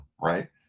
Right